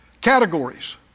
Categories